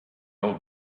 old